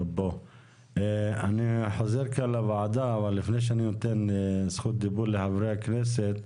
לפני שאני נותן זכות דיבור לחברי הכנסת,